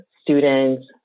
students